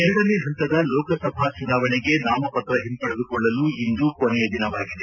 ಎರಡನೇ ಹಂತದ ಲೋಕಸಭಾ ಚುನಾವಣೆಗೆ ನಾಮಪತ್ರ ಹಿಂಪಡೆದುಕೊಳ್ಳಲು ಇಂದು ಕೊನೆಯ ದಿನವಾಗಿದೆ